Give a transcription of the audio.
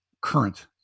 current